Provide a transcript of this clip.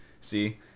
See